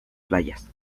playas